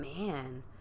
Man